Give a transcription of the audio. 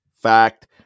fact